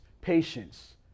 patience